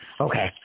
Okay